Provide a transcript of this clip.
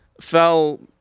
fell